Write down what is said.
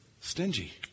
stingy